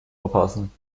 verpassen